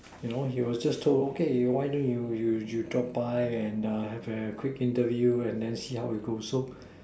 you know he was just told okay why don't you you you drop by and err have a quick interview and then see how it goes so